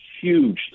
huge